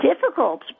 difficult